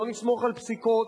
לא נסמוך על פסיקות,